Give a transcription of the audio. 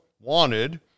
Wanted